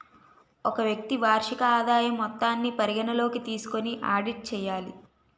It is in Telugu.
ఒక వ్యక్తి వార్షిక ఆదాయం మొత్తాన్ని పరిగణలోకి తీసుకొని ఆడిట్ చేయాలి